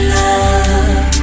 love